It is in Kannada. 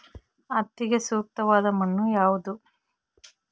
ಹತ್ತಿಗೆ ಸೂಕ್ತವಾದ ಮಣ್ಣು ಯಾವುದು?